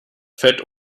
fett